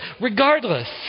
regardless